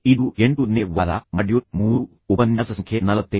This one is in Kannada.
ಇದು 8ನೇ ವಾರ ಮಾಡ್ಯೂಲ್ 3 ಉಪನ್ಯಾಸ ಸಂಖ್ಯೆ 45